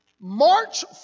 March